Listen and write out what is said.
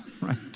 right